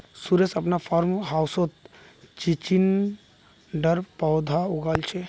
सुरेश अपनार फार्म हाउसत चिचिण्डार पौधा लगाल छ